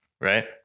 Right